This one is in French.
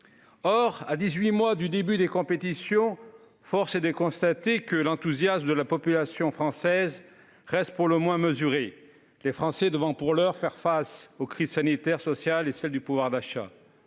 Or, à dix-huit mois du début des compétitions, force est de constater que l'enthousiasme de la population française reste pour le moins mesuré, les Français devant, pour l'heure, faire face aux crises sanitaire, sociale et de pouvoir d'achat.